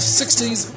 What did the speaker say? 60s